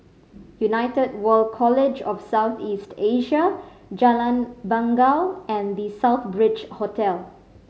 United World College of South East Asia Jalan Bangau and The Southbridge Hotel